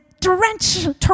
torrential